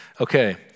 Okay